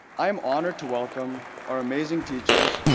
i am honored to welcome our amazing teachers,